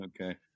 Okay